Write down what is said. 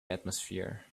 atmosphere